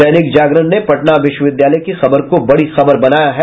दैनिक जागरण ने पटना विश्वविद्यालय की खबर को बड़ी खबर बनाया है